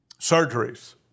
Surgeries